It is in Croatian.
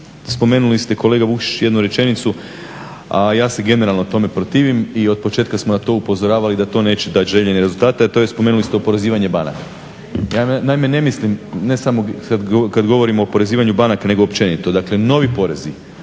spomenuli ste kolega Vukušić jednu rečenicu, a ja se generalno tome protivim i od početka smo na to upozoravali da to neće dati željene rezultate, a to je, spomenuli ste, oporezivanje banaka. Ja naime ne mislim, ne samo kada govorim o oporezivanju banaka, nego općenito, dakle, novi porezi,